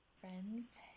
Friends